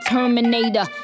Terminator